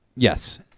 Yes